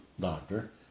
doctor